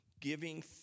giving